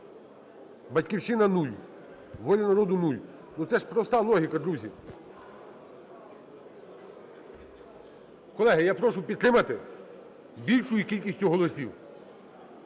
"Батьківщина" – 0, "Воля народу" - 0. Ну, це ж проста логіка, друзі. Колеги, я прошу підтримати більшою кількістю голосів.